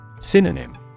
Synonym